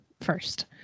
first